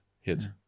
hit